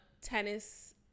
tennis